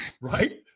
Right